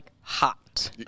hot